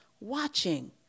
watching